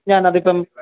ഞാനതിപ്പം